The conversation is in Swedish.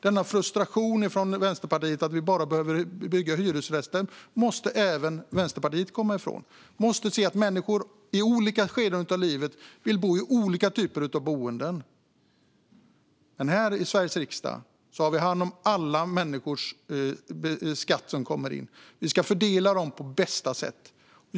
Denna frustration hos Vänsterpartiet när det gäller att vi bara behöver bygga hyresrätter måste de komma ifrån. Vi måste se att människor i olika skeden av livet vill bo i olika typer av boenden. Här i Sveriges riksdag har vi hand om alla människors skatt som kommer in, och vi ska fördela den på bästa sätt.